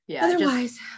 Otherwise